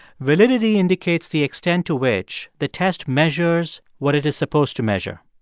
validity indicates the extent to which the test measures what it is supposed to measure.